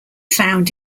found